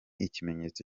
ikimenyetso